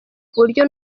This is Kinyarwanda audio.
kuburyo